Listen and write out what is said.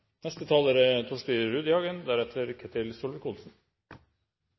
Neste taler er